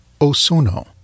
Osuno